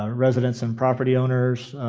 ah residents and property owners,